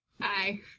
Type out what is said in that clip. Hi